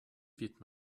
wird